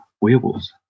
werewolves